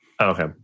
Okay